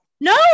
No